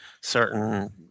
certain